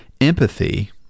Empathy